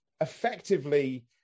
effectively